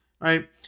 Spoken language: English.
right